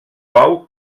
bou